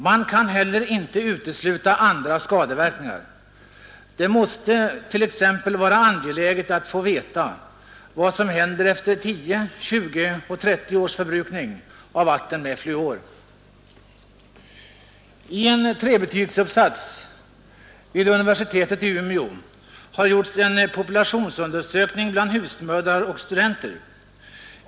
Man kan heller inte utesluta andra skadeverkningar. Det måste t.ex. vara angeläget att få veta vad som händer efter 10, 20 och 30 års förbrukning av vatten med fluor. I en trebetygsuppsats vid universitetet i Umeå har gjorts en populationsundersökning bland husmödrar och studenter.